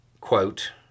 quote